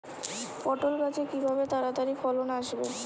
পটল গাছে কিভাবে তাড়াতাড়ি ফলন আসবে?